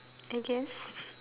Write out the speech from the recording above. I guess